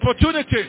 opportunity